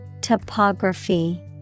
Topography